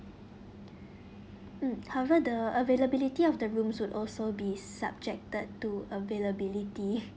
mm however the availability of the rooms will also be subjected to availability